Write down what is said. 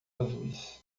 azuis